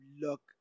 look